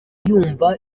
yumva